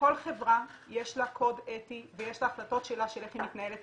לכל חברה יש קוד אתי ויש את ההחלטות שלה של איך היא מתנהלת.